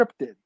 scripted